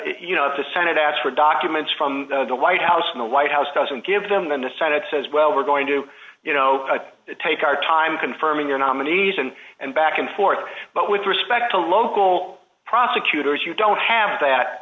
you know the senate asked for documents from the white house from the white house doesn't give them then the senate says well we're going to you know take our time confirming your nominees and and back and forth but with respect to local prosecutors you don't have that